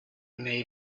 may